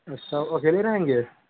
अकेले रहेंगे